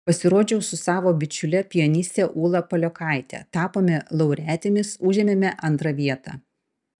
pasirodžiau su savo bičiule pianiste ūla paliokaite tapome laureatėmis užėmėme antrą vietą